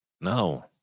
No